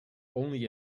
only